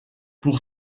pour